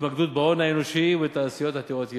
התמקדות בהון האנושי ובתעשיות עתירות ידע.